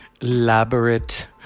elaborate